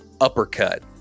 uppercut